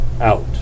out